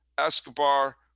Escobar